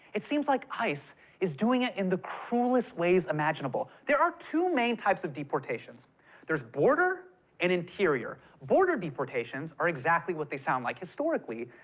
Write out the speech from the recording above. it seems like ice is doing it in the cruelest ways imaginable. there are two main types of deportations there's border and interior. border deportations are exactly what they sound like. historically,